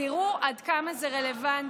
תראו עד כמה זה רלוונטי.